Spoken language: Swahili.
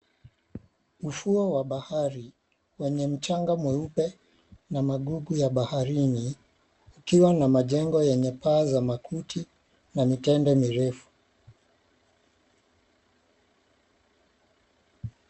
Ufuo wa bahari wenye mchanga mweupe na magugu ya baharini ukiwa na majengo yenye paa za makuti na mitende mirefu.